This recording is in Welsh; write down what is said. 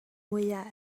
mwyaf